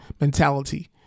Mentality